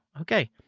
okay